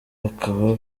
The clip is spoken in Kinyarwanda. bakaba